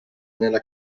nella